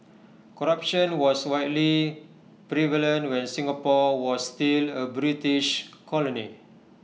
corruption was widely prevalent when Singapore was still A British colony